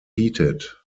heated